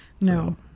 No